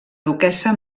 duquessa